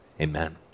amen